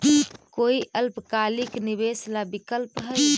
कोई अल्पकालिक निवेश ला विकल्प हई?